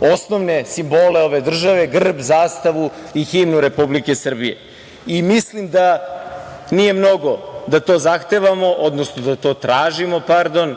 osnovne simbole ove države: grb, zastavu i himnu Republike Srbije. Mislim da nije mnogo da to zahtevamo, odnosno da to tražimo, pardon,